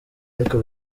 ariko